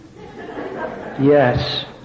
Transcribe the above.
Yes